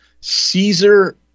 Caesar